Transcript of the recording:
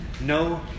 no